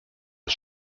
das